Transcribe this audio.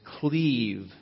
cleave